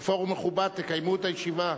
זה פורום מכובד, תקיימו את הישיבה.